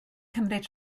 cymryd